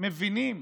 מבינים